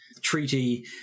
treaty